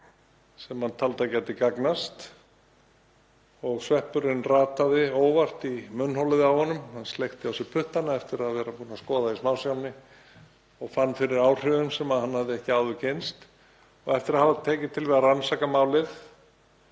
sem hann taldi að gæti gagnast. Sveppurinn rataði óvart í munnholið á honum, hann sleikti á sér puttana eftir að hann var búinn að skoða hann í smásjánni og fann fyrir áhrifum sem hann hafði ekki áður kynnst. Eftir að hafa tekið til við að rannsaka málið